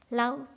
love